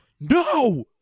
No